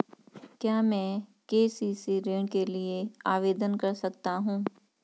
क्या मैं के.सी.सी ऋण के लिए आवेदन कर सकता हूँ?